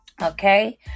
Okay